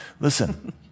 Listen